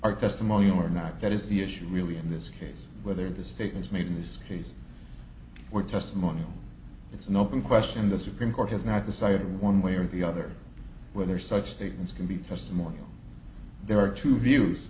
our testimony or not that is the issue really in this case whether the statements made in this case or testimony it's an open question the supreme court has not decided one way or the other whether such statements can be testimonial there are two views